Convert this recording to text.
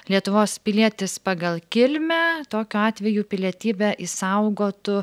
lietuvos pilietis pagal kilmę tokiu atveju pilietybę išsaugotų